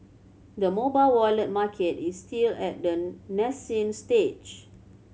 the mobile wallet market is still at the nascent stage